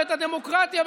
את הדמוקרטיה,